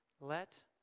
let